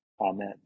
Amen